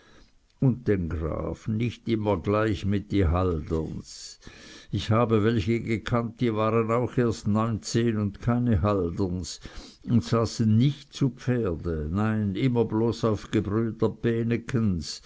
un denn graf man nich immer jleich mit die halderns ich habe welche gekannt die waren auch erst neunzehn und keine halderns und saßen nich zu pferde nein immer bloß auf gebrüder